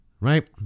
Right